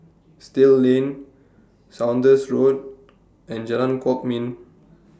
Still Lane Saunders Road and Jalan Kwok Min